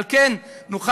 על כן נוכל,